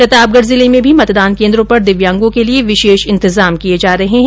प्रतापगढ़ जिले में भी मतदान केन्द्रों पर दिव्यांगों के लिये विशेष इंतजाम किये जा रहे है